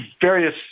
various